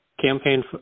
Campaign